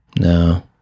No